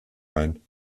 ein